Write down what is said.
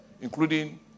including